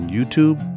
YouTube